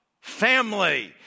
family